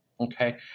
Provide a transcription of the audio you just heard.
okay